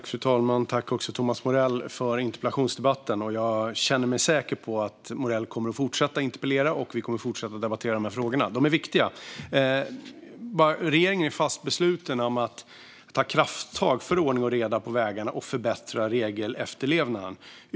Fru talman! Tack, Thomas Morell, för interpellationsdebatten! Jag känner mig säker på att Morell kommer att fortsätta att interpellera och att vi kommer att fortsätta att debattera de här viktiga frågorna. Regeringen är fast besluten att ta krafttag för ordning och reda på vägarna och för att förbättra regelefterlevnaden.